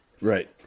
Right